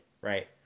right